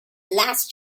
last